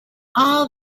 all